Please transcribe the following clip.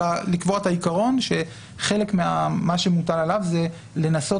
אלא לקבוע את העיקרון שחלק ממה שמוטל עליו זה לנסות